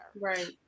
Right